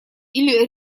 или